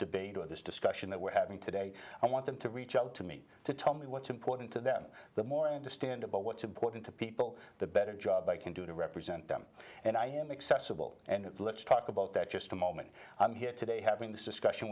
debate or this discussion that we're having today i want them to reach out to me to tell me what's important to them the more i understand about what's important to people the better job i can do to represent them and i am excessive all and let's talk about that just a moment here today having this discussion